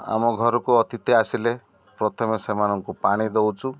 ଆମ ଘରକୁ ଅତିଥି ଆସିଲେ ପ୍ରଥମେ ସେମାନଙ୍କୁ ପାଣି ଦଉଛୁ